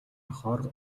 орохоор